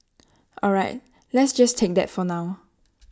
all right let's just take that for now